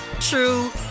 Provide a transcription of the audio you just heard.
true